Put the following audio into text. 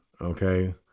Okay